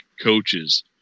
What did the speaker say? coaches